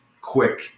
quick